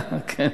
כן.